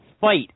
fight